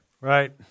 right